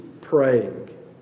praying